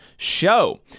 show